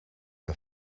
que